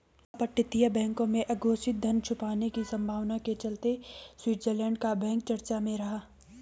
अपतटीय बैंकों में अघोषित धन छुपाने की संभावना के चलते स्विट्जरलैंड का बैंक चर्चा में रहा